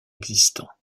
existants